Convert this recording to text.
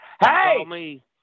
Hey